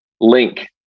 link